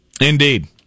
Indeed